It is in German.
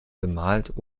bemalt